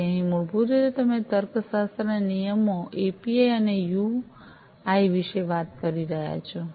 તેથી અહીં મૂળભૂત રીતે તમે તર્કશાસ્ત્ર અને નિયમો એપીઆઈ અને યુઆઈ વિશે વાત કરી રહ્યા છો